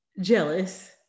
jealous